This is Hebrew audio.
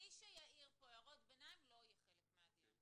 מי שיעיר פה הערות ביניים לא יהיה חלק מהדיון.